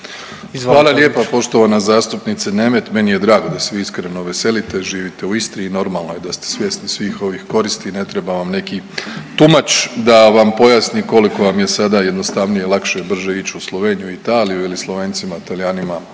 Hvala lijepo poštovana zastupnice Nemet, meni je da se vi iskreno veselite, živite u Istri i normalno je da ste svjesni svih ovih koristi i ne treba vam neki tumač da vam pomaći koliko vam je sada jednostavnije, lakše, brže ići u Sloveniju i Italiju ili Slovencima, Talijanima